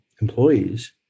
employees